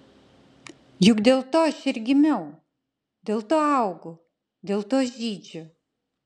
juk dėl to aš ir gimiau dėl to augu dėl to žydžiu